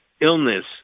illness